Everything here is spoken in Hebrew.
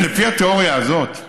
לפי התיאוריה הזאת,